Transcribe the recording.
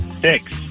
Six